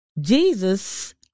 Jesus